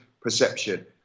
perception